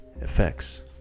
effects